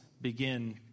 begin